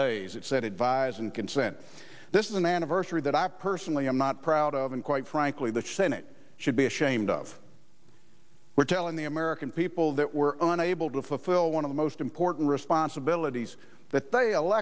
days it said advise and consent this is an anniversary that i personally am not proud of and quite frankly the senate should be ashamed of we're telling the american people that we're unable to fulfill one of the most important responsibilities that